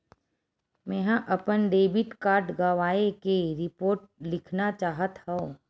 मेंहा अपन debit card गवाए के रिपोर्ट लिखना चाहत हव